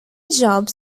jobs